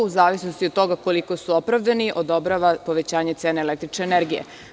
U zavisnosti od toga koliko su opravdani odobrava povećanje cene električne energije.